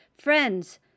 Friends